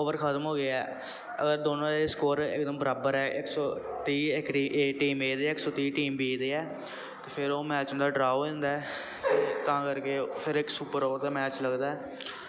over खतम हो गेआ ऐ अगर दोनों दे स्कोर इकदम बराबर ऐ इक सौ त्रीह् ए टीम दे ऐ इक सौ त्रीह् बी टीम दे ऐ ते फिर ओह् मैच उं'दा ओह् ड्रा हो जंदा ऐ तां करके फिर इक सुपर ओवर दा मैच लगदा ऐ